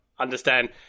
understand